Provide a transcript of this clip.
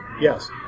Yes